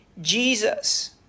Jesus